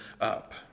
up